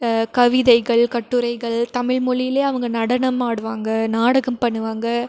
கவிதைகள் கட்டுரைகள் தமிழ் மொழியிலே அவங்க நடனம் ஆடுவாங்க நாடகம் பண்ணுவாங்க